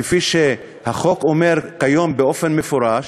כפי שהחוק אומר היום באופן מפורש,